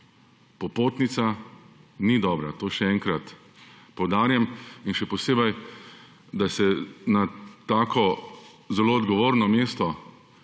popotnica, ni dobra, to še enkrat poudarjam in še posebej, da se na tako zelo odgovorno mesto